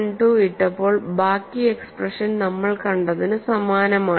12 ഇട്ടപ്പോൾ ബാക്കി എക്സ്പ്രഷൻ നമ്മൾ കണ്ടതിന് സമാനമാണ്